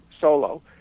solo